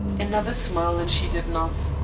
another smile, and she did not.